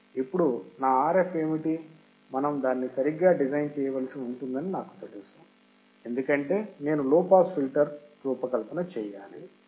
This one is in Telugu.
ఇప్పుడు నా Rf ఏమిటి మనం దానిని సరిగ్గా డిజైన్ చేయవలసి ఉంటుందని నాకు తెలియదు ఎందుకంటే నేను లో పాస్ ఫిల్టర్ రూపకల్పన చేయాలి